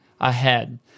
ahead